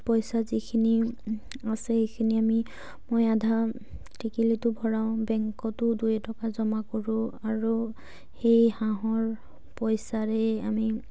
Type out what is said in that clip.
পইচা যিখিনি আছে সেইখিনি আমি মই আধা টেকিলেতো ভৰাওঁ বেংকতো দুই এটকা জমা কৰোঁ আৰু সেই হাঁহৰ পইচাৰে আমি